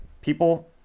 people